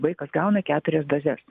vaikas gauna keturias dozes